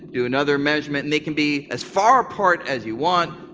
do another measurement, and they can be as far apart as you want,